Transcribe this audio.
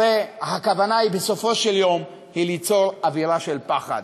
הרי הכוונה היא בסופו של יום ליצור אווירה של פחד.